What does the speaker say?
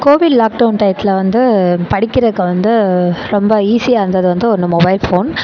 கோவில் லாக்டவுன் டயத்தில் வந்து படிக்கிற குழந்த ரொம்ப ஈஸியாக இருந்தது வந்து ஒன்று மொபைல் ஃபோன்